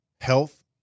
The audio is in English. health